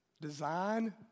design